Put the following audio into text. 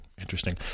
Interesting